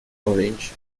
orange